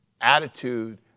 attitude